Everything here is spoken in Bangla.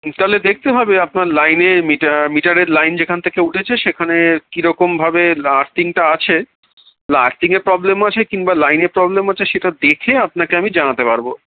তাহলে দেখতে হবে আপনার লাইনে মিটার মিটারের লাইন যেখান থেকে উঠেছে সেখানে কীরকমভাবে আর্থিংটা আছে আর্থিংএর প্রবলেম আছে কিংবা লাইনের প্রবলেম আছে সেটা দেখে আপনাকে আমি জানাতে পারবো